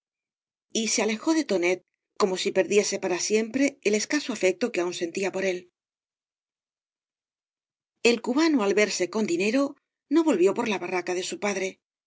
y se alejó de tonet como si perdiese para siempre el escaso afecto que aún sentía por él el cubano al verse con dinero no volvió por la barraca de su padre